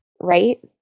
Right